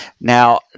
Now